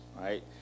right